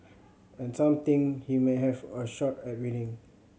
and some think he may have a shot at winning